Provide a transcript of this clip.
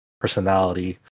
personality